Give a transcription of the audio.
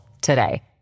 today